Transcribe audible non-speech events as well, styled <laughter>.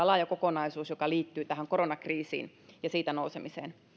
<unintelligible> laaja kokonaisuus joka liittyy tähän koronakriisiin ja siitä nousemiseen